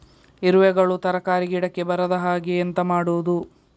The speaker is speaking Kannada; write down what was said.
ಇರುವೆಗಳು ತರಕಾರಿ ಗಿಡಕ್ಕೆ ಬರದ ಹಾಗೆ ಎಂತ ಮಾಡುದು?